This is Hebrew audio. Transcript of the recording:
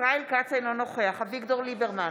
ישראל כץ, אינו נוכח אביגדור ליברמן,